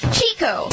Chico